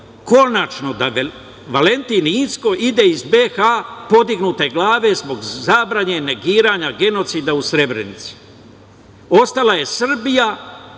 konačno da Valentin Incko ide iz BiH podignute glave zbog zabrane negiranja genocida u Srebrenici, ostala je Srbija